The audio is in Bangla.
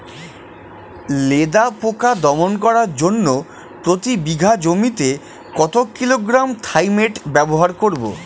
লেদা পোকা দমন করার জন্য প্রতি বিঘা জমিতে কত কিলোগ্রাম থাইমেট ব্যবহার করব?